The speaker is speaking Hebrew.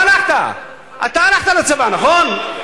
אתה הלכת, אתה הלכת לצבא, נכון?